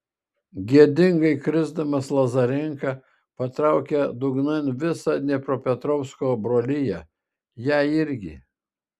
gėdingai krisdamas lazarenka patraukė dugnan visą dniepropetrovsko broliją ją irgi